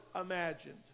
imagined